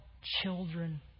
children